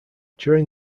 during